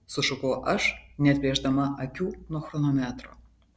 sušukau aš neatplėšdama akių nuo chronometro